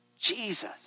Jesus